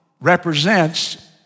represents